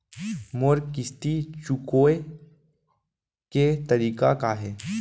मोर किस्ती चुकोय के तारीक का हे?